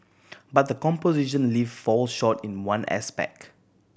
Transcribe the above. but the composition lift falls short in one aspect